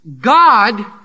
God